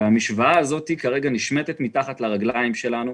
והמשוואה הזו נשמטת מתחת לרגליים שלנו.